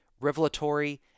revelatory